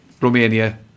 Romania